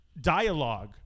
dialogue